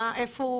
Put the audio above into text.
איפה הוא?